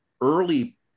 early